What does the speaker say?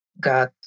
got